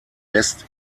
best